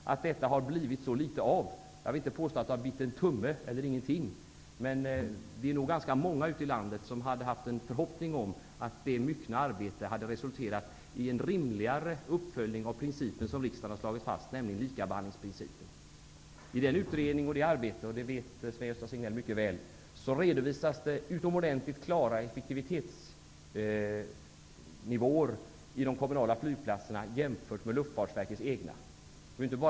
Jag vill inte påstå att det har blivit en tumme eller ingenting, men vi är nog ganska många ute i landet som hade en förhoppning om att detta arbete hade resulterat i en rimligare uppföljning av den princip som riksdagen har slagit fast, nämligen likabehandlingsprincipen. I denna utredning och i detta arbete redovisas det utomordentligt klara effektivitetsnivåer i de kommunala flygplatserna jämfört med Luftfartsverkets egna, och det vet Sven-Gösta Signell mycket väl.